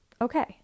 okay